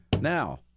Now